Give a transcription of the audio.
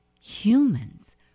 humans